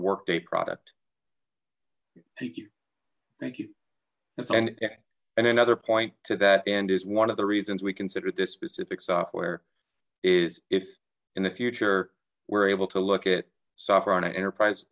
workday product thank you thank you yeah and another point to that end is one of the reasons we considered this specific software is if in the future we're able to look at software on an enterprise